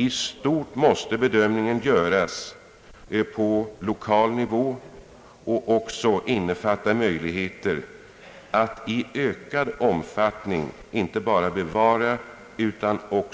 I stort måste bedömningen göras på lokal nivå och också innefatta möjligheter att i ökad omfattning bevara och